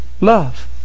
Love